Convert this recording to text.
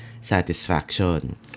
satisfaction